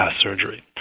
surgery